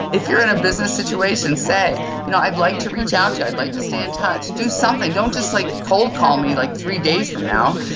if you're in a business situation, say you know i'd like to reach out to you, i'd like to stay in touch, do something, don't just like cold call me like three days from now.